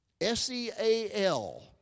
S-E-A-L